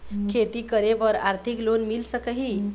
खेती करे बर आरथिक लोन मिल सकही?